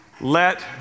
Let